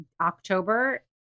October